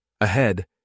Ahead